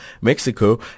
Mexico